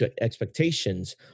expectations